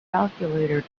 calculator